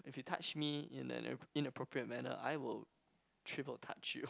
if you touch me in an app~ inappropriate manner I will triple touch you